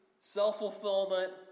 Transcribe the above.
self-fulfillment